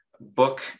book